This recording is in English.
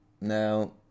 now